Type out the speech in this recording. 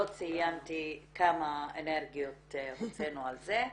לא ציינתי כמה אנרגיות הוצאנו על זה,